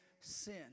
sin